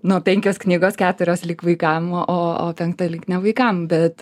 nu penkios knygos keturios lyg vaikams o o penkta lyg ne vaikam bet